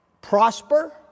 prosper